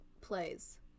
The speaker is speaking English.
plays